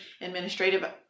administrative